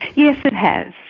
yes, it has.